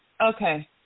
Okay